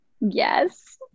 Yes